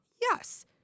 Yes